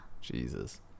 Jesus